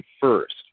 first